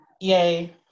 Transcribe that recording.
Yay